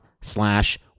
slash